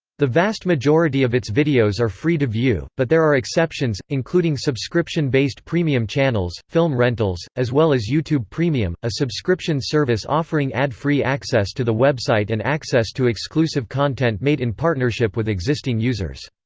the vast majority of its videos are free to view, but there are exceptions, including subscription-based premium channels, film rentals, as well as youtube premium, a subscription service offering ad-free access to the website and access to exclusive content made in partnership with existing users.